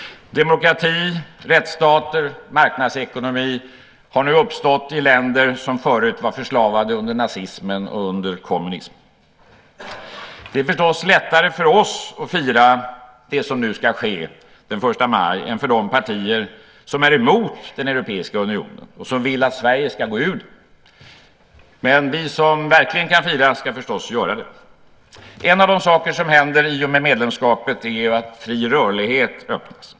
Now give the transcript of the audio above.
Demokrati, rättsstat och marknadsekonomi har nu uppstått i länder som förut var förslavade under nazismen och kommunismen. Det är förstås lättare för oss att fira det som ska ske den 1 maj än för de partier som är emot Europeiska unionen och som vill att Sverige ska gå ur. Men vi som verkligen kan fira ska förstås göra det. En av de saker som händer i och med medlemskapet är att fri rörlighet skapas.